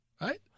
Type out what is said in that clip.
right